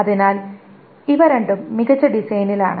അതിനാൽ ഇവ രണ്ടും മികച്ച ഡിസൈനിലാണ്